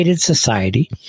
society